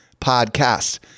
podcast